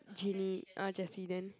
Jeanie uh Jessie then